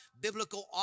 Biblical